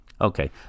Okay